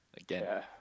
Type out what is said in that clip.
again